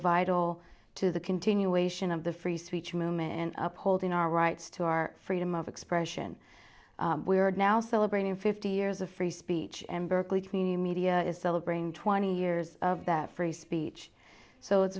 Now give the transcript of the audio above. vital to the continuation of the free speech movement in upholding our rights to our freedom of expression we are now celebrating fifty years of free speech and berkeley community media is celebrating twenty years of that free speech so it's